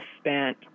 spent